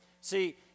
See